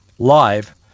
live